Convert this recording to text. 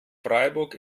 freiburg